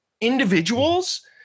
individuals